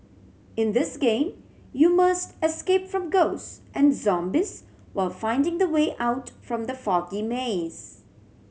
in this game you must escape from ghost and zombies while finding the way out from the foggy maze